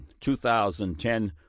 2010